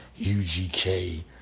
UGK